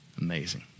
amazing